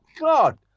God